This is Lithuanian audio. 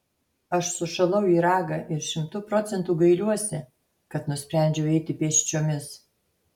aš sušalau į ragą ir šimtu procentų gailiuosi kad nusprendžiau eiti pėsčiomis